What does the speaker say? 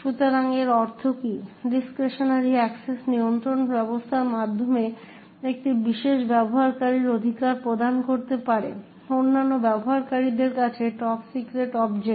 সুতরাং এর অর্থ কী ডিসক্রিশনারি অ্যাক্সেস নিয়ন্ত্রণ ব্যবস্থার মাধ্যমে বিশেষ ব্যবহারকারীর অধিকার প্রদান করতে পারে অন্যান্য ব্যবহারকারীদের কাছে টপ সিক্রেট অবজেক্ট